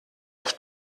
auf